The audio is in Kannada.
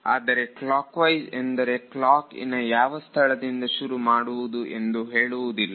ಆದರೆ ಕ್ಲಾಕ್ ವೈಸ್ ಎಂದರೆ ಕ್ಲಾಕ್ ಇನ ಯಾವ ಸ್ಥಳದಿಂದ ಶುರು ಮಾಡುವುದು ಎಂದು ಹೇಳುವುದಿಲ್ಲ